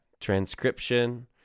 transcription